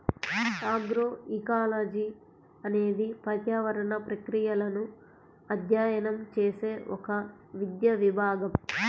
agroecology అనేది పర్యావరణ ప్రక్రియలను అధ్యయనం చేసే ఒక విద్యా విభాగం